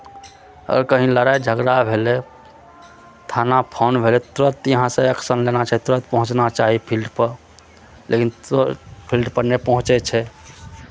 आओर कहीँ लड़ाइ झगड़ा भेलै थाना फोन भेलै तुरन्त यहाँसँ ऐक्शन लेना छै तुरन्त पहुँचना चाही फील्डपर लेकिन से फील्डपर नहि पहुँचै छै